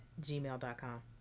gmail.com